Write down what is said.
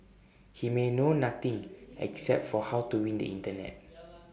he may know nothing except for how to win the Internet